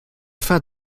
fin